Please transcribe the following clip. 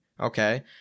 Okay